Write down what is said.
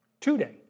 Today